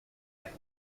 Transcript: fut